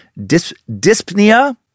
dyspnea